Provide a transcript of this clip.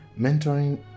mentoring